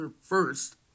first